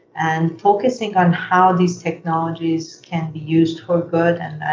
and focusing on how these technologies can be used for good and ah